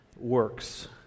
works